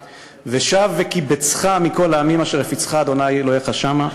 ושב וקִבצך מכל העמים אשר הפיצך ה' אלהיך שמה.